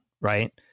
right